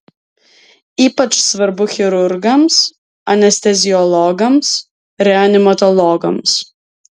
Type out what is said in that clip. ypač svarbu chirurgams anesteziologams reanimatologams